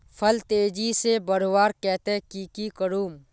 फल तेजी से बढ़वार केते की की करूम?